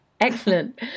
Excellent